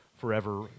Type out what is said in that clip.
forever